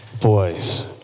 Boys